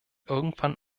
irgendwann